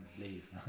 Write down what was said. leave